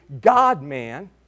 God-man